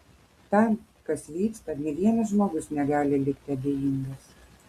tam kas vyksta nė vienas žmogus negali likti abejingas